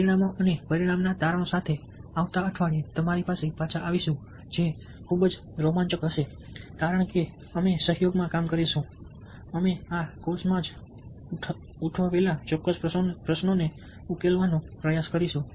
પરિણામો અને પરિણામ ના તારણો સાથે આવતા અઠવાડિયે તમારી પાસે પાછા આવીશું જે ખૂબ જ રોમાંચક હશે કારણ કે અમે સહયોગમાં કામ કરીશું અમે આ ચોક્કસ કોર્સમાં જ ઉઠાવેલા ચોક્કસ પ્રશ્નોને ઉકેલવાનો પ્રયાસ કરીશું